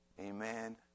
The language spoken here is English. Amen